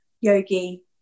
yogi